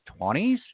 20s